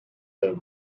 the